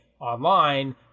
online